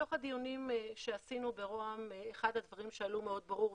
בתוך הדיונים שעשינו ברוה"מ אחד הדברים שעלו מאוד ברור,